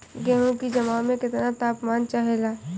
गेहू की जमाव में केतना तापमान चाहेला?